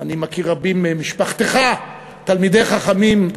אני מכיר רבים ממשפחתך, תלמידי חכמים,